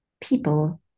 people